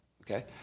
okay